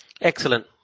Excellent